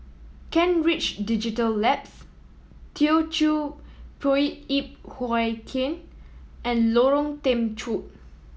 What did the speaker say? Kent Ridge Digital Labs Teochew Poit Ip Huay Kuan and Lorong Temechut